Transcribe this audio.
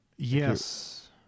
Yes